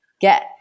Get